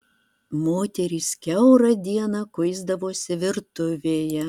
moterys kiaurą dieną kuisdavosi virtuvėje